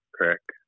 Correct